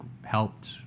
helped